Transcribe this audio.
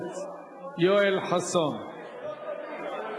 קומבינות, הכול וירטואלי.